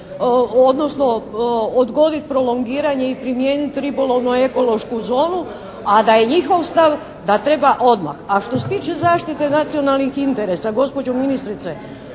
odnosno odgoditi prolongiranje i primijeniti ribolovno-ekološku zonu, a da je njihov stav da treba odmah. A što se tiče zaštite nacionalnih interesa, gospođo ministrice,